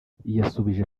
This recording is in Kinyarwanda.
yadusubije